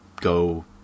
Go